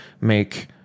make